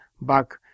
back